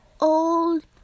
old